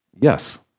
Yes